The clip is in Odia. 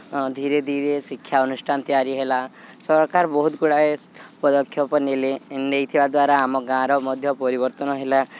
ଧୀରେ ଧୀରେ ଶିକ୍ଷା ଅନୁଷ୍ଠାନ ତିଆରି ହେଲା ସରକାର ବହୁତ ଗୁଡ଼ାଏ ପଦକ୍ଷେପ ନେଲେ ନେଇଥିବା ଦ୍ୱାରା ଆମ ଗାଁର ମଧ୍ୟ ପରିବର୍ତ୍ତନ ହେଲା